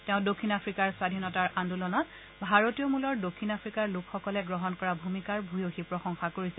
তেওঁ দক্ষিণ আফ্ৰিকাৰ স্বাধীনতাৰ আন্দোলনত ভাৰতীয় মূলৰ দক্ষিণ আফ্ৰিকাৰ লোকসকলে গ্ৰহণ কৰা ভূমিকাৰ ভূয়সী প্ৰসংশা কৰিছে